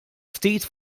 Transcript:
ftit